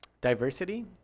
diversity